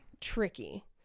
tricky